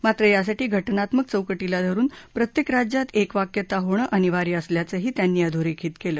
मात्र यासाठी घटनात्मक चौकटीला धरून प्रत्येक राज्यात एकवाक्यता होणं अनिवार्य असल्याचंही त्यांनी अधोरेखीत केलं